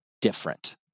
different